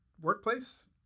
workplace